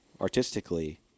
artistically